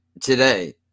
today